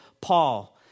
Paul